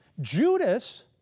Judas